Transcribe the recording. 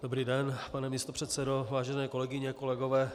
Dobrý den, pane místopředsedo, kolegyně a kolegové.